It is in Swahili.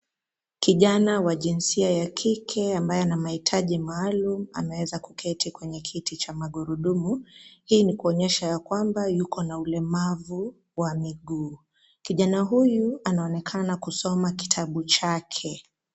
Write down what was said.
Kijana wa jinsia ya kike ambaye ana mahitaji maalum; ameweza kuketi kwenye kiti cha magurudumu. Hii ni kuonyesha ya kwamba yuko na ulemavu wa miguu. Kijana huyu anaonekana kusoma kitabu chake.